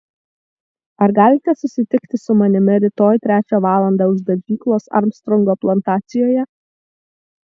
ar galite susitikti su manimi rytoj trečią valandą už dažyklos armstrongo plantacijoje